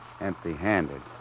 empty-handed